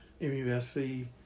MUSC